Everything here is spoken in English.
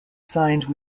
signed